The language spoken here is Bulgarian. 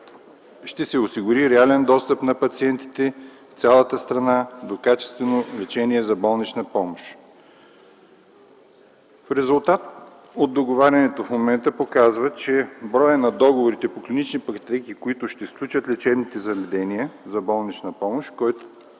ще се осигури реален достъп на пациентите в цялата страна до качествено лечение за болнична помощ. Резултатът от договарянето в момента показва, че броят на договорите по клинични пътеки, които ще сключват лечебните заведения за болнична помощ, който